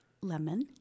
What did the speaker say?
lemon